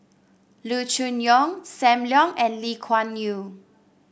Loo Choon Yong Sam Leong and Lee Kuan Yew